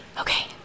okay